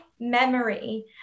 Memory